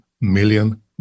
million